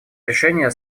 решения